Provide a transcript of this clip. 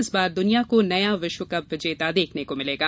इस बार दुनिया को नया विश्वकप विजेता देखने को मिलेगा